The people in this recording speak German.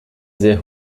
sehr